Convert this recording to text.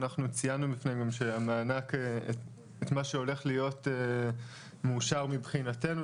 אנחנו ציינו בפניהם את מה שהולך להיות מאושר מבחינתנו,